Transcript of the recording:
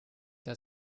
der